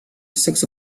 six